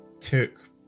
took